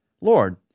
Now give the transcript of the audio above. Lord